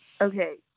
Okay